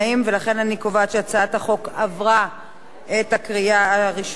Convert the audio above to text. לכן אני קובעת שהצעת החוק עברה בקריאה ראשונה,